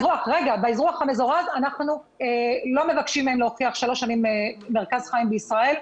באזרוח המזורז אנחנו לא מבקשים מהם להוכיח שלוש שנים מרכז חיים בישראל.